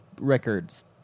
records